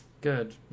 Good